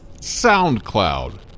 SoundCloud